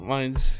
Mine's